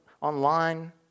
online